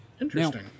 Interesting